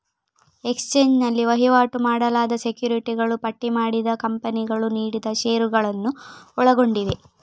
exchange ನಲ್ಲಿ ವಹಿವಾಟು ಮಾಡಲಾದ ಸೆಕ್ಯುರಿಟಿಗಳು ಪಟ್ಟಿ ಮಾಡಿದ ಕಂಪನಿಗಳು ನೀಡಿದ ಷೇರುಗಳನ್ನು ಒಳಗೊಂಡಿವೆ